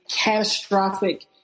catastrophic